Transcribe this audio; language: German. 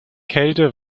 kälte